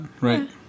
right